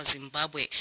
Zimbabwe